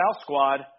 squad